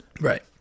Right